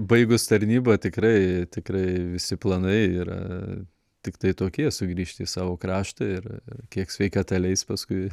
baigus tarnybą tikrai tikrai visi planai yra tiktai tokie sugrįžti į savo kraštą ir kiek sveikata leis paskui